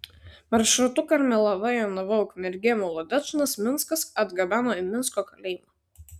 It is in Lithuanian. maršrutu karmėlava jonava ukmergė molodečnas minskas atgabeno į minsko kalėjimą